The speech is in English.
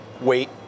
wait